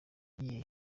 yagiye